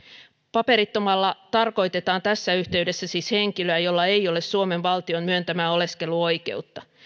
paperittomalla tarkoitetaan tässä yhteydessä siis henkilöä jolla ei ole suomen valtion myöntämää oleskeluoikeutta